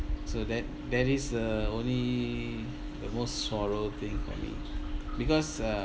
so that that is uh only the most sorrow thing for me because uh